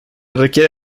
requiere